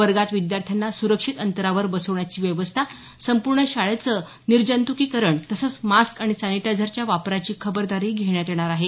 वर्गात विद्यार्थ्यांना सुरक्षित अंतरावर बसवण्याची व्यवस्था संपूर्ण शाळेचं निर्जंतुकीकरण तसंच मास्क आणि सॅनिटाइझरच्या वापराची खबरदारी घेण्यात येणार आहे